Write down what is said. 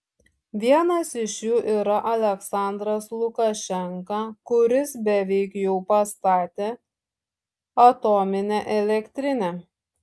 vienas iš jų yra aliaksandras lukašenka kuris beveik jau pastatė atominę elektrinę